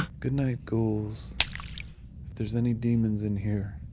good night, ghouls. if there's any demons in here,